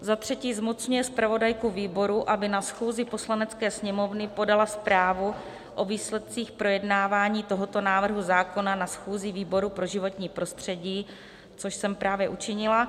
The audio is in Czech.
III. zmocňuje zpravodajku výboru, aby na schůzi Poslanecké sněmovny podala zprávu o výsledcích projednávání tohoto návrhu zákona na schůzi výboru pro životní prostředí což jsem právě učinila,